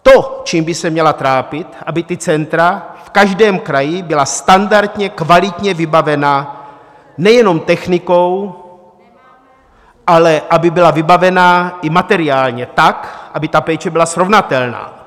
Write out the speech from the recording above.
To, čím by se měla trápit, aby ta centra v každém kraji byla standardně kvalitně vybavena nejenom technikou, ale aby byla vybavena i materiálně tak, aby ta péče byla srovnatelná.